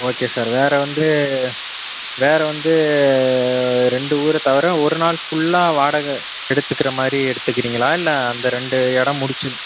okay sir வேறு வந்து வேறு வந்து ரெண்டு ஊரை தவிர ஒரு நாள் ஃபுல்லாக வாடகை எடுத்துக்கிற மாதிரி எடுத்துக்குறிங்களா இல்லை அந்த ரெண்டு இடம் முடிச்சு